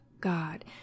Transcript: God